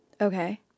Okay